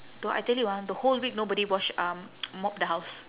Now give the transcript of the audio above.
t~ I tell you ah the whole week nobody wash um mop the house